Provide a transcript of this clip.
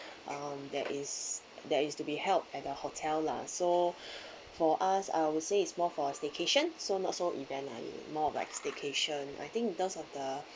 um that is that is to be held at the hotel lah so for us I would say it's more for stay-cation so not so event lah more of like staycation I think those of the